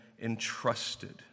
entrusted